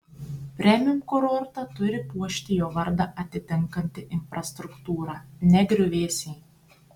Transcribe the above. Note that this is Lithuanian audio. premium kurortą turi puošti jo vardą atitinkanti infrastruktūra ne griuvėsiai